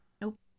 Nope